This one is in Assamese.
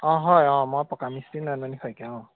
অঁ হয় অঁ মই পকা মিস্ত্ৰী নয়নমণি শইকীয়া অঁ